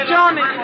Johnny